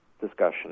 discussion